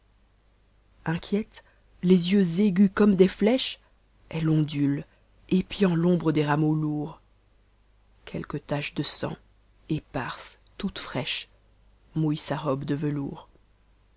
inquiète les yeux a gus comme des mëehes elle ondule ep ant l'ombre des rameaux toards quelques taches de sanr éparses tolites fraîches mom hcnt sa robe de velours